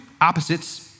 opposites